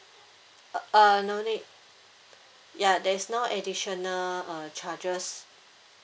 uh uh no need ya there's no additional uh charges